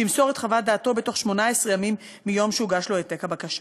שימסור את חוות דעתו בתוך 18 ימים מיום שהוגש לו העתק הבקשה.